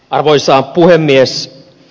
arvoisa puhemies